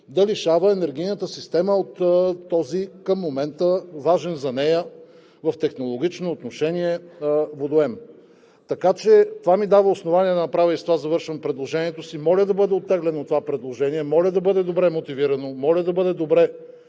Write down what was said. да лишава енергийната система от този към момента важен за нея в технологично отношение водоем. Това ми дава основание да направя – и с това завършвам предложението си, моля да бъде оттеглено това предложение, моля да бъде добре мотивирано, моля да бъде добре